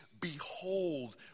behold